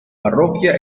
parroquia